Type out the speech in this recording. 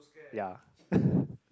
ya